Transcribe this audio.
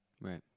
Right